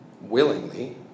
willingly